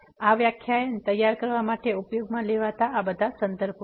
આ વ્યાખ્યાન તૈયાર કરવા માટે ઉપયોગમાં લેવાતા આ સંદર્ભો છે